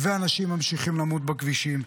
ואנשים ממשיכים למות בכבישים.